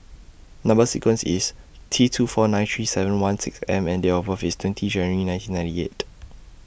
Number sequence IS T two four nine three seven one six M and Date of birth IS twenty January nineteen ninety eight